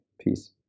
peace